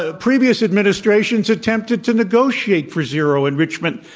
ah previous administrations attempted to negotiate for zero enrichment,